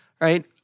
right